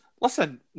Listen